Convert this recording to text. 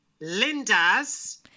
Linda's